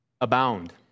abound